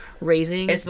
raising